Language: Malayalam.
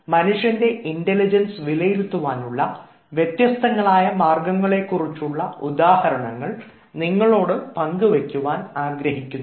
ആകയാൽ മനുഷ്യൻറെ ഇൻറലിജൻസ് വിലയിരുത്തുവാനുള്ള വ്യത്യസ്തങ്ങളായ മാർഗ്ഗങ്ങളെ കുറിച്ചുള്ള ഉദാഹരണങ്ങൾ നിങ്ങളോട് പങ്കു വയ്ക്കുവാൻ ആഗ്രഹിക്കുന്നു